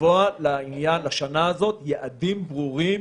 לקבוע לשנה הזאת יעדים ברורים